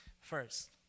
first